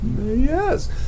Yes